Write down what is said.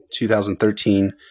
2013